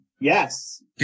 Yes